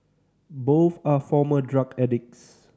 both are former drug addicts